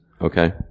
Okay